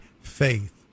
faith